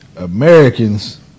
Americans